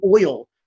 oil